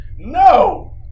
no